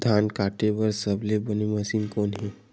धान काटे बार सबले बने मशीन कोन हे?